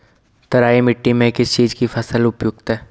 तराई मिट्टी में किस चीज़ की फसल उपयुक्त है?